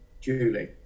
Julie